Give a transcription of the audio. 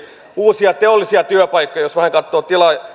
uusia teollisia työpaikkoja jos vähän katsoo